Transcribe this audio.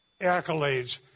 accolades